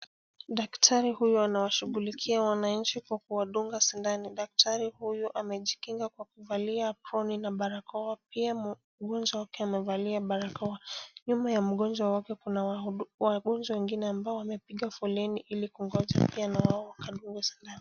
Daktari huyu anawashugulikia wananchi kwa kuwadunga sindano. Daktari huyu amejikinga kwa kuvalia aproni na barakoa. Pia mgonjwa wake amevalia barakoa. Nyuma ya mgonjwa wake kuna wagonjwa wengine ambao wamepiga foleni ili kungoja pia na wao wakadungwe sindano.